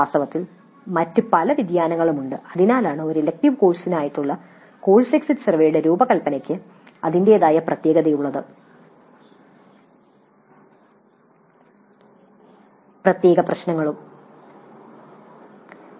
വാസ്തവത്തിൽ മറ്റ് പല വ്യതിയാനങ്ങളും ഉണ്ട് അതിനാലാണ് ഒരു ഇലക്ടീവ് കോഴ്സിനായുള്ള കോഴ്സ് എക്സിറ്റ് സർവേയുടെ രൂപകൽപ്പനയ്ക്ക് അതിന്റേതായ പ്രത്യേക പ്രശ്നങ്ങളുള്ളത്